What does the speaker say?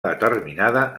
determinada